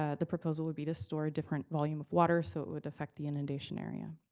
ah the proposal would be to store different volume of water so it would affect the inundation area.